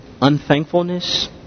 unthankfulness